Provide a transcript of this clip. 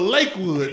Lakewood